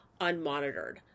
unmonitored